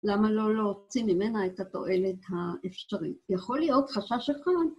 למה לא להוציא ממנה את התועלת האפשרית? יכול להיות חשש נכון.